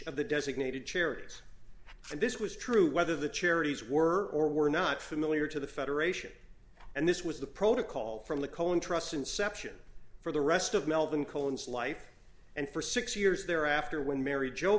of the designated charities and this was true whether the charities were or were not familiar to the federation and this was the protocol from the cohen trust inception for the rest of melvin cohen's life and for six years thereafter when mary jo